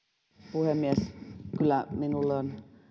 puhemies myös minulle on